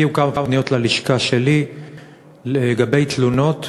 הגיעו ללשכה שלי כמה פניות לגבי תלונות